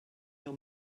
your